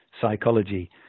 psychology